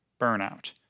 burnout